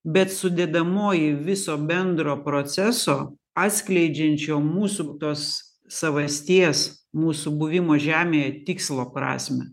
bet sudedamoji viso bendro proceso atskleidžiančio mūsų tuos savasties mūsų buvimo žemėje tikslo prasmę